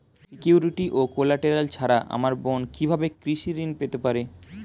Security ও collateral ছাড়া আমার বোন কিভাবে কৃষি ঋন পেতে পারে?